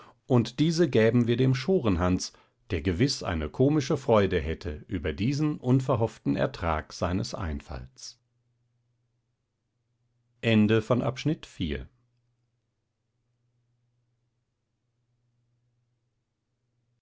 und diese gäben wir dem schorenhans der gewiß eine komische freude hätte über diesen unverhofften ertrag seines einfalls